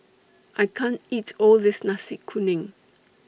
I can't eat All of This Nasi Kuning